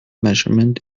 measurement